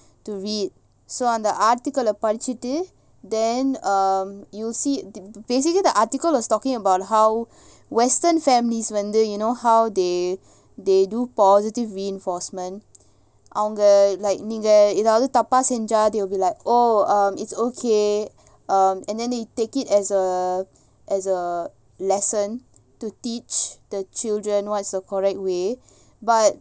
அந்த:andha article ah படிச்சிட்டு:padichitu because you know they scold us